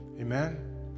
Amen